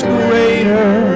greater